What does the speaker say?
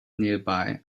nearby